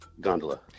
gondola